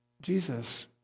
Jesus